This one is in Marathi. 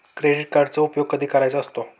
क्रेडिट कार्डचा उपयोग कधी करायचा असतो?